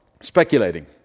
speculating